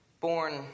born